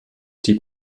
die